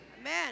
Amen